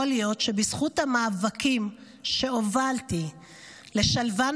יכול להיות שבזכות המאבקים שהובלתי לשלבן